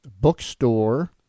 bookstore